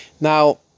Now